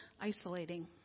isolating